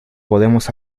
podemos